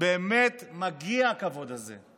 ובאמת מגיע הכבוד הזה.